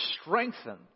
strengthen